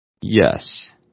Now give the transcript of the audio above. Yes